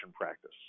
practice